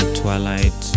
twilight